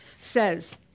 says